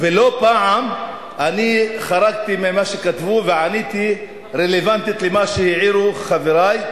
ולא פעם אחת חרגתי ממה שכתבו ועניתי רלוונטית למה שהעירו חברי,